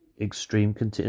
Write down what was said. extreme